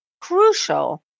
crucial